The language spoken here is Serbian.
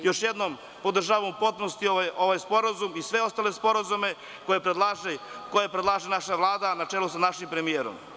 Još jednom, podržavam u potpunosti ovaj sporazum i sve ostale sporazume koje predlaže naša Vlada na čelu sa našim premijerom.